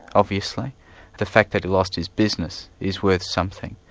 obviously the fact that he lost his business is worth something.